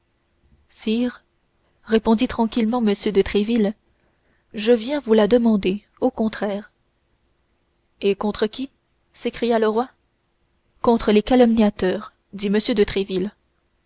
sire répondit tranquillement m de tréville je viens vous la demander au contraire et contre qui s'écria le roi contre les calomniateurs dit m de